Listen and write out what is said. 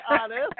honest